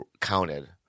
counted